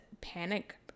panic